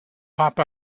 pop